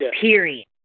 Period